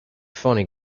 funny